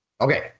Okay